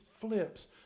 flips